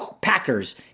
Packers